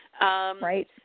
Right